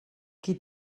qui